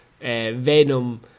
Venom